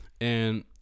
and-